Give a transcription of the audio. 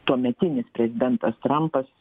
tuometinis prezidentas trampas